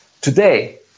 today